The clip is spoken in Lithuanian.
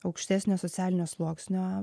aukštesnio socialinio sluoksnio